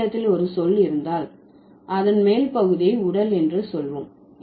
ஆங்கிலத்தில் ஒரு சொல் இருந்தால் அதன் மேல் பகுதியை உடல் என்று சொல்வோம்